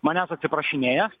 manęs atsiprašinėja